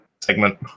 segment